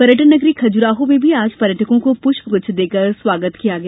पर्यटन नगरीय खजुराहों में भी आज पर्यटकों का पुष्पगुच्छ देकर स्वागत किया गया